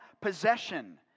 possession